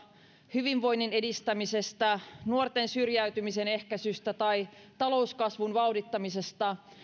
hyvinvoinnin edistämisestä nuorten syrjäytymisen ehkäisystä tai talouskasvun vauhdittamisesta